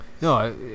No